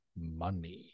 money